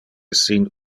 sin